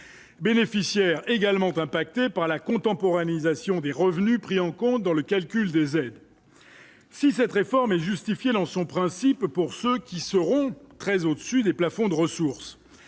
bénéficiaire également impactés par la contemporain Lisa Sion des revenus pris en compte dans le calcul des aides si cette réforme est justifiée dans son principe, pour ceux qui seront très au-dessus des plafonds de ressources,